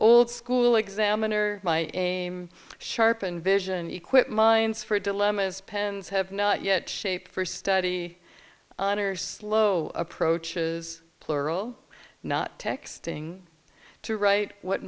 old school examiner my aim sharpen vision he quit mines for a dilemma as pens have not yet shaped for study honor slow approaches plural not texting to write what